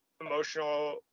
emotional